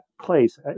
place